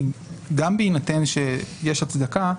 גם בהינתן שיש הצדקה,